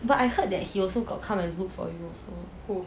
but I heard that he also got come and look for you also